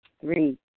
Three